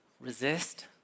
Resist